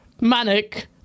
manic